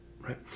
right